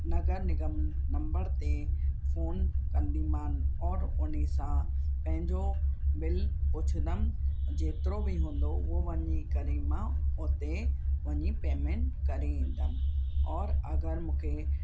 नगर निगम नंबर ते फोन कंदीमांनि और हुन सां पंहिंजो बिल पुछंदमि जेतिरो बि हूंदो उहो वञी करे मां हुते वञी पेमेंट करे ईंदमि और अगरि मूंखे